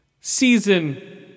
season